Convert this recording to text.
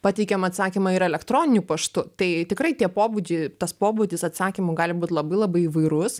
pateikiam atsakymą ir elektroniniu paštu tai tikrai tie pobūdžiai tas pobūdis atsakymų gali būt labai labai įvairus